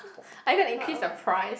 are you gonna increase the price